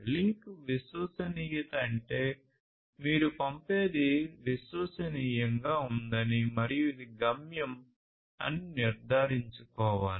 link విశ్వసనీయత అంటే మీరు పంపేది విశ్వసనీయంగా ఉందని మరియు ఇది గమ్యం అని నిర్ధారించుకోవాలి